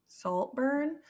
Saltburn